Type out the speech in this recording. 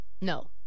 No